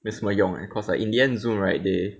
没什么用 leh cause like in the end also right they